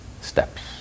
steps